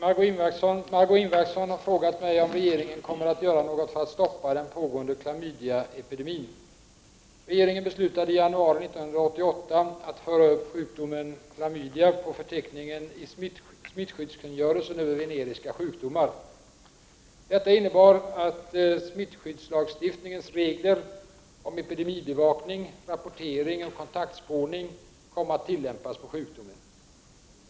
Fru talman! Margö Ingvardsson har frågat mig om regeringen kommer att göra något för att stoppa den pågående klamydiaepidemin. Regeringen beslutade i januari 1988 att föra upp sjukdomen klamydia på förteckningen i smittskyddskungörelsen över veneriska sjukdomar. Detta innebar att smittskyddslagstiftningens regler om epidemibevakning, rapportering och kontaktspårning kom att tillämpas på sjukdomen.